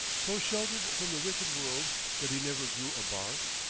so sheltered from the wicked world that he never grew a bark.